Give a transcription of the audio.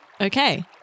Okay